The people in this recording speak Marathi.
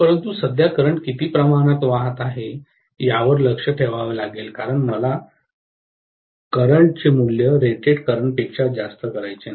परंतु सध्या करंट किती प्रमाणात वाहत आहे यावर लक्ष ठेवावे लागेल कारण मला करंट चे मूल्य रेटेड करंट पेक्षा जास्त करायचे नाही